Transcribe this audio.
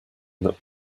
that